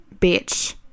bitch